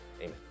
Amen